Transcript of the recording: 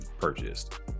purchased